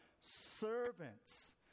servants